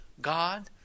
God